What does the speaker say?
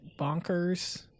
bonkers